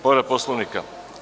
Povreda Poslovnika.